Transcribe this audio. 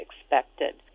expected